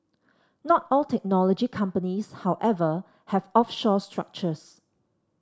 not all technology companies however have offshore structures